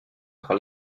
par